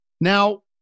Now